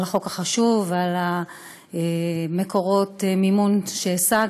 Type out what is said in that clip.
החוק החשוב ועל מקורות המימון שהשגת.